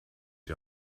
die